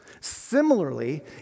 Similarly